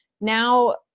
Now